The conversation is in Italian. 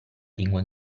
lingua